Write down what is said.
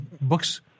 books